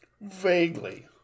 Vaguely